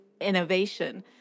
innovation